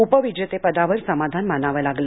उपविजेतेपदावर समाधान मानावं लागलं